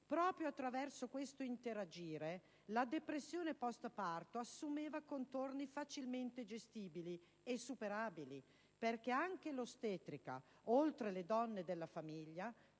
Proprio attraverso questo interagire la depressione postparto assumeva contorni facilmente gestibili e superabili, perché anche l'ostetrica, oltre alle donne della famiglia,